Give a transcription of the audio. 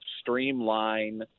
streamline